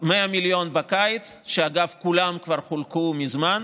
100 מיליון בקיץ, שאגב, כולם כבר חולקו מזמן,